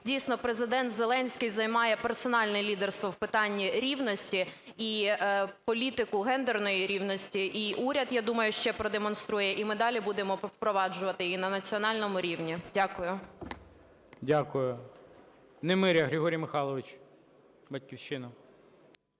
дійсно, Президент Зеленський займає персональне лідерство в питанні рівності і політику гендерної рівності і уряд, я думаю, ще продемонструє, і ми далі будемо впроваджувати її на національному рівні. Дякую. ГОЛОВУЮЧИЙ. Дякую. Немиря Григорій Михайлович, "Батьківщина".